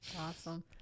Awesome